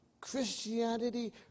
Christianity